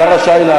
השר רשאי.